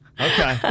Okay